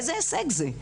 איזה הישג זה?